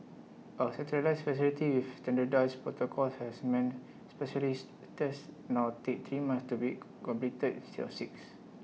A centralised facility with standardised protocols has meant specialised tests now take three months to be co completed instead of six